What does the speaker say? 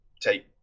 take